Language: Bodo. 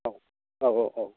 औ औ औ औ